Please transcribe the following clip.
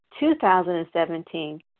2017